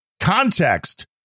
context